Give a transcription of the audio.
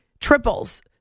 triples